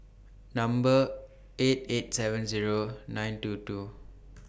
Number eight eight seven Zero nine two two